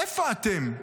איפה אתם?